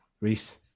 Reese